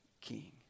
king